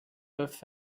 both